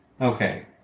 Okay